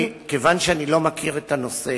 כיוון שאני לא מכיר את הנושא